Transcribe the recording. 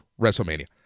WrestleMania